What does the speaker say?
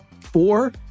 Four